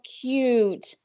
cute